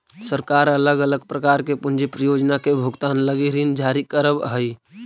सरकार अलग अलग प्रकार के पूंजी परियोजना के भुगतान लगी ऋण जारी करवऽ हई